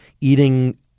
eating